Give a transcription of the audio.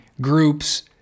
groups